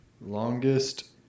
Longest